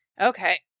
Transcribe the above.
Okay